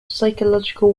psychological